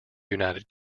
united